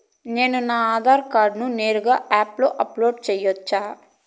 నేను నా ఆధార్ కార్డును నేరుగా యాప్ లో అప్లోడ్ సేయొచ్చా?